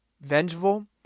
vengeful